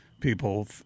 People